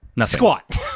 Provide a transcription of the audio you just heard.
squat